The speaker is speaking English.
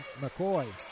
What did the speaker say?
McCoy